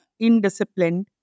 indisciplined